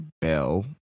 bell